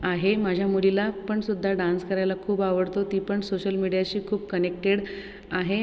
आहे माझ्या मुलीला पण सुद्धा डान्स करायला खूप आवडतो ती पण सोशल मीडियाशी खूप कनेक्टेड आहे